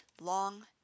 long